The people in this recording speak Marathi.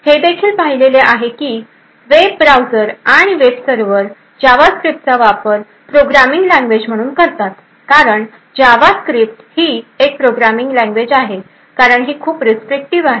आपण देखील पाहिलेले आहे की वेब ब्राउझर आणि वेब सर्व्हर जावास्क्रिप्टचा वापर प्रोग्रामिंग लैंग्वेज म्हणून करतात कारण जावास्क्रिप्ट ही एक प्रोग्रामिंग लैंग्वेज आहे कारण ही खूप रिस्ट्रिक्टीव आहे